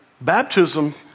baptism